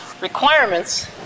requirements